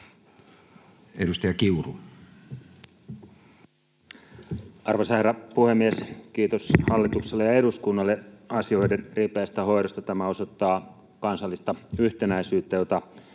Content: Arvoisa herra puhemies! Kiitos hallitukselle ja eduskunnalle asioiden ripeästä hoidosta. Tämä osoittaa kansallista yhtenäisyyttä, jota